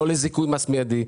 לא לזיכוי מס מיידי.